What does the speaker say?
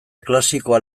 klasikoa